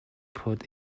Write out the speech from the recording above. put